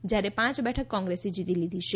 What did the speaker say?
જ્યારે પાંચ બેઠક કોંગ્રેસ જીતી લીધી છે